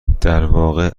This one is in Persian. درواقع